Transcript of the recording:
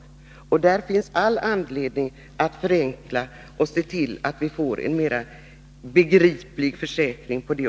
På detta område finns det alltså all anledning att förenkla och se till att få en mer begriplig försäkring.